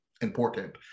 important